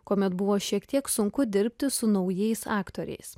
kuomet buvo šiek tiek sunku dirbti su naujais aktoriais